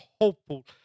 hopeful